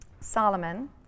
Solomon